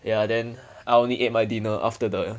ya then I only ate my dinner after the